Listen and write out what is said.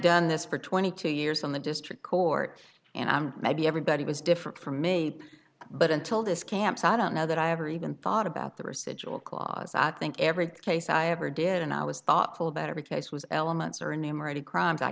done this for twenty two years in the district court and i'm maybe everybody was different from me but until this campsite i don't know that i ever even thought about the er situ a clause i think every case i ever did and i was thoughtful about every case was elements are enumerated crimes i